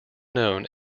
known